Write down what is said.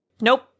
Nope